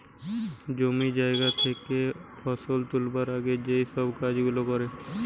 জমি জায়গা থেকে ফসল তুলবার আগে যেই সব কাজ গুলা করে